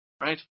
right